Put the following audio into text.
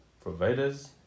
providers